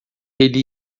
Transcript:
ele